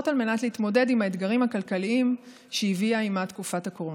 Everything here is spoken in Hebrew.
על מנת להתמודד עם האתגרים הכלכליים שהביאה עימה תקופת הקורונה.